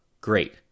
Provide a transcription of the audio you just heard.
Great